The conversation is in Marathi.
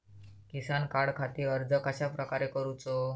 किसान कार्डखाती अर्ज कश्याप्रकारे करूचो?